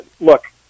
Look